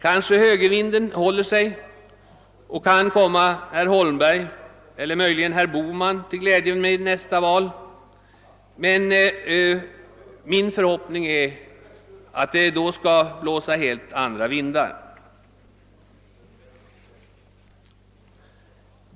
Kanske högervinden håller sig och kan bli herr Holmberg eller möjligen herr Bohman till glädje vid nästa val, men min förhoppning är dock att det då skall blåsa helt andra vindar.